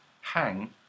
hang